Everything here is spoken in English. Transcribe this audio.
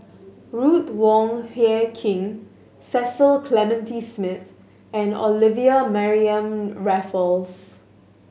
Ruth Wong Hie King Cecil Clementi Smith and Olivia Mariamne Raffles